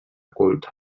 culte